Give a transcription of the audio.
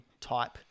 type